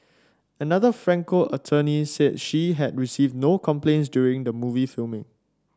another Franco attorney said she had received no complaints during the movie filming